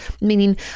meaning